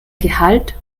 gehalt